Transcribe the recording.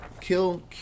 Kill